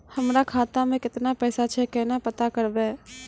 हमरा खाता मे केतना पैसा छै, केना पता करबै?